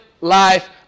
life